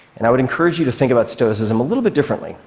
and i would encourage you to think about stoicism a little bit differently,